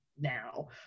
now